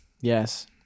Yes